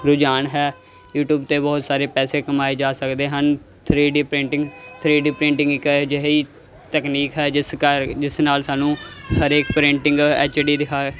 ਰੁਝਾਨ ਹੈ ਯੂਟੀਊਬ 'ਤੇ ਬਹੁਤ ਸਾਰੇ ਪੈਸੇ ਕਮਾਏ ਜਾ ਸਕਦੇ ਹਨ three D printing three D printing ਇੱਕ ਅਜਿਹੀ ਤਕਨੀਕ ਹੈ ਜਿਸ ਕਾ ਜਿਸ ਨਾਲ ਸਾਨੂੰ ਹਰੇਕ ਪ੍ਰਿੰਟਿੰਗ ਐਚ ਡੀ ਦਿਖਾ